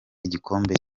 igikombe